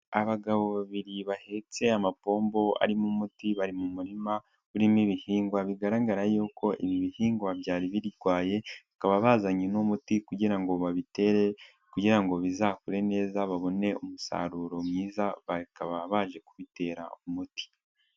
Abagabo babiri bahetse amapombo arimo umuti bari mu murima urimo ibihingwa bigaragara y'uko ibi bihingwa byari birwaye, bakaba bazanye umuti kugira ngo babitere kugira ngo bizakure neza, babone umusaruro mwiza bakaba baje kubitera umuti.